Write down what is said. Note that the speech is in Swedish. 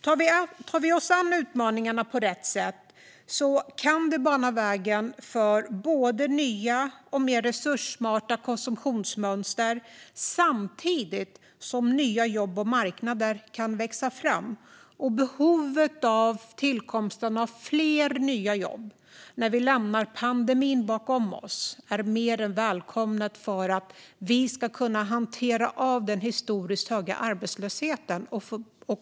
Tar vi oss an utmaningarna på rätt sätt kan det bana väg för nya och mer resurssmarta konsumtionsmönster samtidigt som nya jobb och marknader kan växa fram. Att det tillkommer fler nya jobb när vi lämnar pandemin bakom oss är mer än välkommet för att vi ska kunna hantera och få bukt med den historiskt höga arbetslösheten.